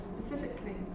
specifically